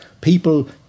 people